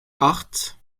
acht